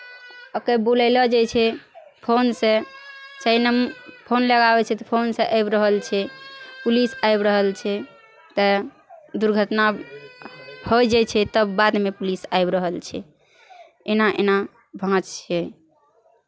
के बुलयलो जाइ छै फोनसँ चाहे नम्ब फोन लगाबै छै तऽ फोनसँ आबि रहल छै पुलिस आबि रहल छै तऽ दुर्घटना होय जाइ छै तब बादमे पुलिस आबि रहल छै एना एना भाँज छै